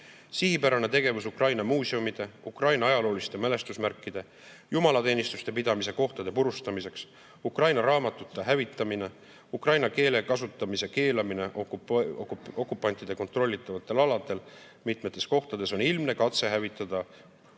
Sihipärane tegevus Ukraina muuseumide, Ukraina ajalooliste mälestusmärkide, jumalateenistuste pidamise kohtade purustamiseks, ukraina raamatute hävitamine, ukraina keele kasutamise keelamine okupantide kontrollitavatel aladel mitmetes kohtades on ilmne katse hävitada